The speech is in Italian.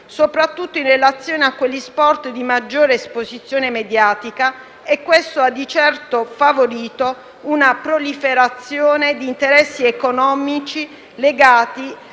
soprattutto in relazione a quegli sport di maggiore esposizione mediatica, e questo ha di certo favorito la proliferazione di interessi economici legali